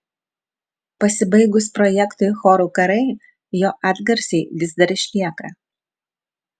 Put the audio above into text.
pasibaigus projektui chorų karai jo atgarsiai vis dar išlieka